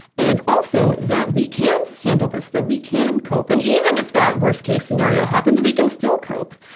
and also that we can handle this, that we can cope. and even if that worst-case scenario happens, we can still cope!